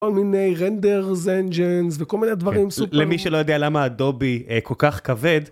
כל מיני רנדר אנג'ינס וכל מיני דברים למי שלא יודע למה אדובי כל כך כבד.